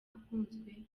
akunzwe